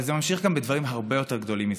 אבל זה ממשיך גם בדברים הרבה יותר גדולים מזה.